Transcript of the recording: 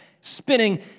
spinning